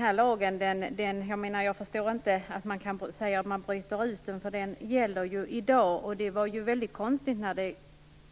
Jag förstår inte hur man kan säga att man bryter ut den här lagen, för den gäller ju i dag. Den tillkom på ett väldigt konstigt sätt.